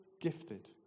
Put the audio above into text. gifted